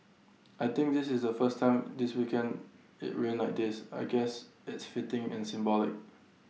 I think this is the first time this weekend IT rained like this I guess it's fitting and symbolic